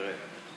תראה,